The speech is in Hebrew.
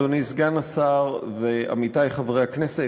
אדוני סגן השר ועמיתי חברי הכנסת,